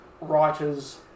writers